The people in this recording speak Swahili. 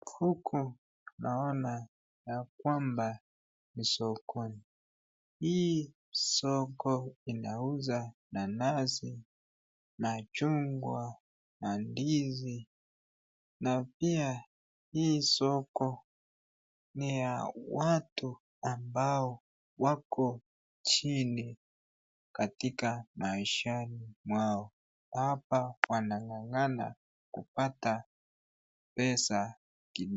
Huku naona ya kwamba ni sokoni .Hii soko inauza nanasi, machungwa ,mandizi na pia hii soko ni ya watu ambao wako chini katika maishani mwao ,hapa wanang'ang'ana kupata pesa kidogo.